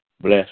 Bless